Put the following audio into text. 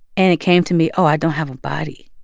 and it came to me, oh, i don't have a body.